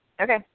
Okay